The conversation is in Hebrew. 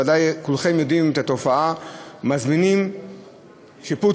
בוודאי כולכם יודעים את התופעה: מזמינים שיפוצניק,